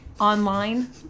online